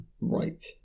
right